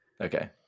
okay